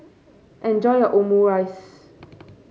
enjoy your Omurice